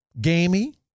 gamey